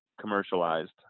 commercialized